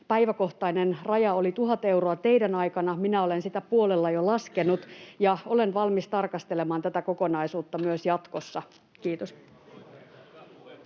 päiväkohtainen raja oli 1 000 euroa teidän ministeriaikananne. Minä olen sitä puolella jo laskenut ja olen valmis tarkastelemaan tätä kokonaisuutta myös jatkossa. — Kiitos.